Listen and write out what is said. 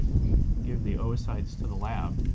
we give the oocytes to the lab,